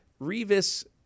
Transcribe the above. Revis